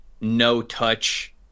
no-touch